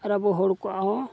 ᱟᱨ ᱟᱵᱚ ᱦᱚᱲ ᱠᱚᱣᱟᱜᱦᱚᱸ